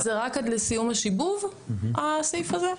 אז זה רק עד לסיום השיבוב הסעיף הזה?